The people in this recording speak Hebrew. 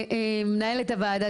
מנהלת הוועדה.